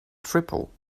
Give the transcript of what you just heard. triple